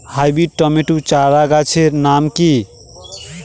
Hybrid tomato চারাগাছের নাম কি?